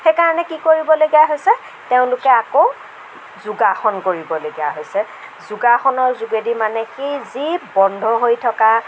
সেইকাৰণে কি কৰিবলগীয়া হৈছে তেওঁলোকে আকৌ যোগাসন কৰিবলগীয়া হৈছে যোগাসনৰ যোগেদি মানে সেই যি বন্ধ হৈ থকা